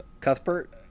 cuthbert